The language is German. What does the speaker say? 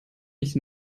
nicht